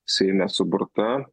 seime suburta